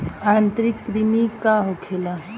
आंतरिक कृमि का होखे?